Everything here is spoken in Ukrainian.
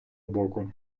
боку